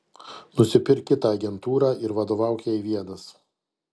nusipirk kitą agentūrą ir vadovauk jai vienas